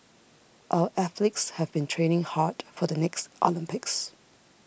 our athletes have been training hard for the next Olympics